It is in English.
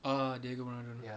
ah diego maradona